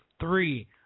three